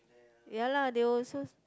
ya lah they also